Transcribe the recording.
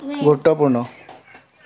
গুৰুত্বপূৰ্ণ